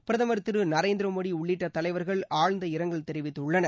பிரதமர் திரு நரேந்திர மோடி உள்ளிட்ட தலைவர்கள் ஆழ்ந்த இரங்கல் தெரிவித்துள்ளனர்